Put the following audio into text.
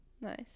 nice